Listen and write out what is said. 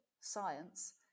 science